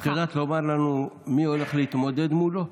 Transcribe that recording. את יודעת לומר לנו מי הולך להתמודד מולו?